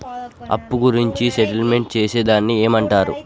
అప్పు గురించి సెటిల్మెంట్ చేసేదాన్ని ఏమంటరు?